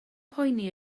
poeni